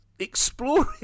exploring